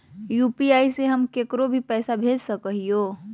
UPI से हम केकरो भी पैसा भेज सको हियै?